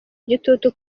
igitutu